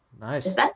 Nice